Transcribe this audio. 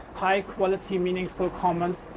high quality, meaningful comments.